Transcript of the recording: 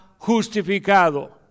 justificado